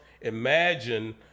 Imagine